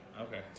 Okay